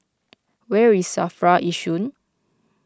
where is Safra Yishun